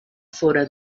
fóra